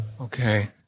Okay